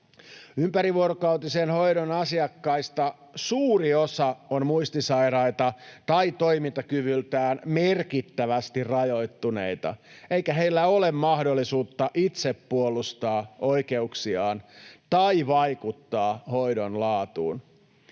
Ympärivuorokautisen hoidon asiakkaista suuri osa on muistisairaita tai toimintakyvyltään merkittävästi rajoittuneita, eikä heillä ole mahdollisuutta itse puolustaa oikeuksiaan tai vaikuttaa hoidon laatuun.